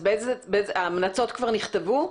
ההמלצות כבר נכתבו?